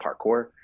parkour